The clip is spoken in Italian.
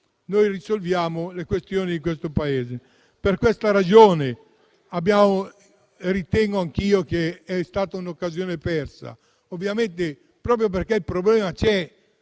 risolviamo le questioni di questo Paese. Per questa ragione ritengo anch'io che sia stata un'occasione persa. Proprio perché il problema c'è,